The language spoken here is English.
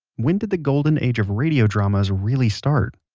when did the golden age of radio dramas really start?